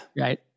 Right